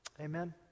Amen